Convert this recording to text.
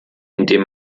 indem